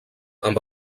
amb